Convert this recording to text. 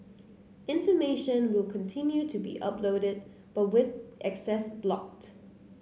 information will continue to be uploaded but with access blocked